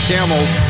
Camels